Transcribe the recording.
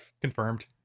confirmed